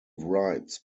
writes